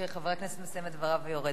כשחבר הכנסת מסיים את דבריו ויורד.